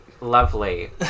lovely